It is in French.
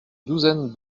douzaine